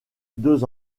deux